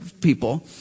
people